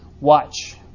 watch